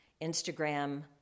Instagram